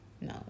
No